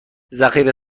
ذخیره